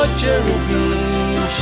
cherubim